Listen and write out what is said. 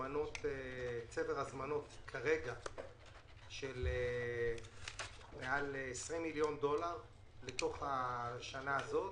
יש צבר הזמנות של מעל 20 מיליון דולר לתוך השנה הזאת,